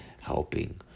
helping